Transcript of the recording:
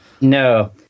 No